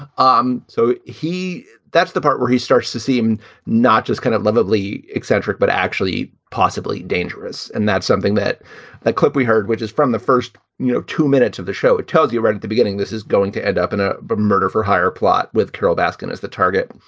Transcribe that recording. um so he that's the part where he starts to seem not just kind of lovably eccentric, but actually possibly dangerous. and that's something that that clip we heard, which is from the first you know two minutes of the show, it tells you right at the beginning this is going to end up in a but murder for hire plot with carol baskin is the target.